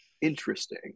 interesting